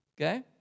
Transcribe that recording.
okay